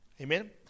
Amen